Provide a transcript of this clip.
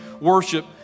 worship